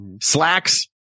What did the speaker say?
slacks